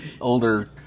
older